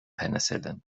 penicillin